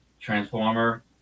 transformer